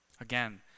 again